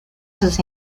sus